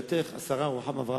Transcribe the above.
לשאלתך, השרה לשעבר רוחמה אברהם,